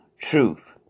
truth